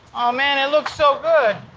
aw man. it looks so good!